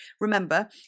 Remember